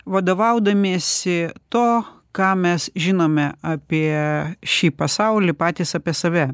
vadovaudamiesi tuo ką mes žinome apie šį pasaulį patys apie save